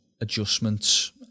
adjustments